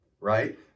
right